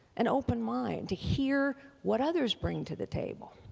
an open mind. to hear what others bring to the table.